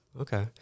Okay